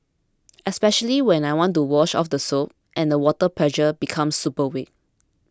especially when I want to wash off the soap and the water pressure becomes super weak